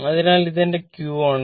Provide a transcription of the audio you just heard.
അതിനാൽ ഇത് എന്റെ q ആണ്